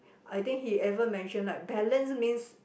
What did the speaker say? I think he ever mention like balance means